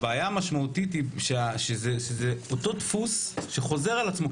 הבעיה המשמעותית היא שזה אותו דפוס שחוזר על עצמו.